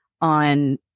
on